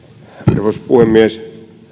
arvoisa puhemies